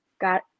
got